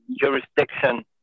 jurisdiction